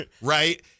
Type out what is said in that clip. right